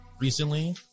recently